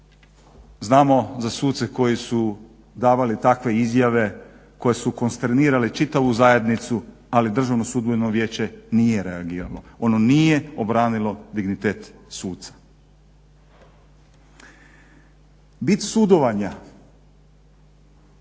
znamo za suce koji su davali takve izjave koje su konsternirale čitavu zajednicu ali Državno sudbeno vijeće nije reagiralo, ono nije obranilo dignitet suca. Bit sudovanja